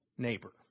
neighbor